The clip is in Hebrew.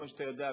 כמו שאתה יודע,